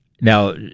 Now